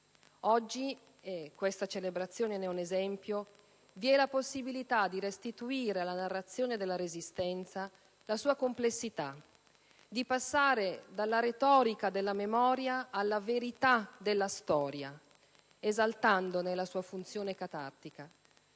Oggi - e questa celebrazione ne è un esempio - vi è la possibilità di restituire alla narrazione della Resistenza la sua complessità, di passare dalla retorica della memoria alla verità della storia, esaltandone la sua funzione catartica.